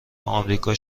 آمریکا